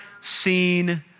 seen